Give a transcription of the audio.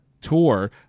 tour